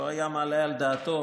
לא היה מעלה על דעתו